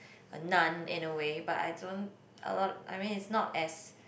a nun in a way but I don't alot I mean is not as